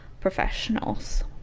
professionals